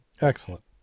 Excellent